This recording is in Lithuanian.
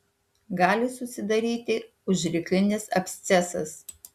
gali susidaryti užryklinis abscesas